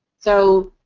so,